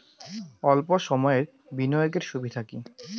অল্প সময়ের বিনিয়োগ এর সুবিধা কি?